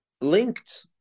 linked